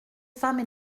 femmes